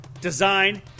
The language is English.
design